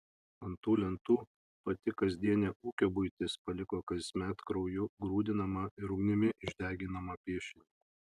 ant tų lentų pati kasdienė ūkio buitis paliko kasmet krauju grūdinamą ir ugnimi išdeginamą piešinį